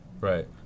right